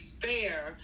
fair